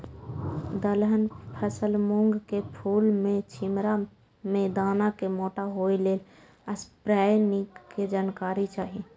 दलहन फसल मूँग के फुल में छिमरा में दाना के मोटा होय लेल स्प्रै निक के जानकारी चाही?